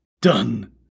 done